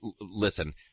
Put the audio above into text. Listen